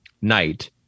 night